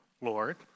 Lord